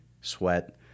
sweat